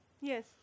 Yes